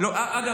אגב,